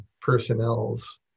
personnel's